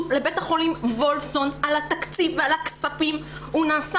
לבית החולים וולפסון על התקציב ועל הכספים הוא נעשה